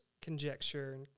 conjecture